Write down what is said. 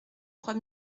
trois